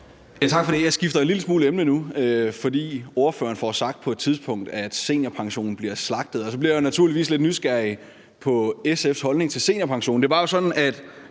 Tak for det. Jeg skifter en lille smule emne nu, for ordføreren får på et tidspunkt sagt, at seniorpensionen bliver slagtet, og så bliver jeg naturligvis lidt nysgerrig på SF's holdning til seniorpensionen.